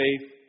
faith